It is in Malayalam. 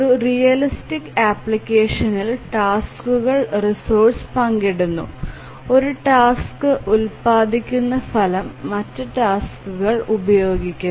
ഒരു റിയലിസ്റ്റിക് അപ്ലിക്കേഷനിൽ ടാസ്ക്കുകൾ റിസോഴ്സ്സ് പങ്കിടുന്നു ഒരു ടാസ്ക് ഉൽപാദിപ്പിക്കുന്ന ഫലം മറ്റ് ടാസ്ക്കുകൾ ഉപയോഗിക്കുന്നു